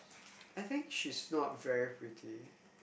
I think she's not very pretty